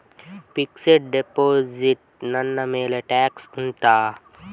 fixed deposit ನ ಮೇಲೆ tax ಉಂಟಾ